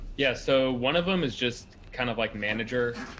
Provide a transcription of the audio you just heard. yeah. so one of them is just kind of like manager.